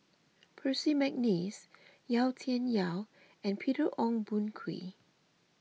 Percy McNeice Yau Tian Yau and Peter Ong Boon Kwee